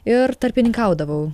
ir tarpininkaudavau